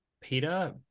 Peter